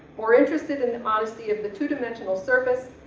more interested in the modesty of the two-dimensional surface,